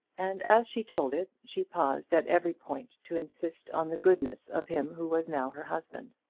and as she told it, she paused at every point to insist on the goodness of him who was now her husband.